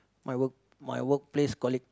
my work my work place colleague